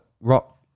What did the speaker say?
Rock